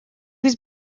was